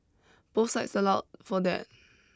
both sites allow for that